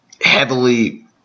heavily